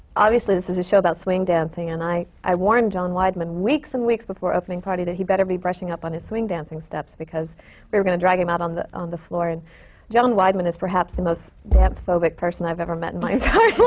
obviously, this is a show about swing dancing. and i i warned john weidman weeks and weeks before the opening party that he'd better be brushing up on his swing dancing steps, because we were going to drag him out on the on the floor. and john weidman is perhaps the most dance phobic person i've ever met in my entire